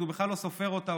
הוא בכלל לא סופר אותה.